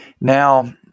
Now –